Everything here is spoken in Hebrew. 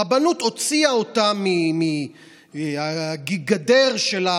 הרבנות הוציאה אותם מהגדר של,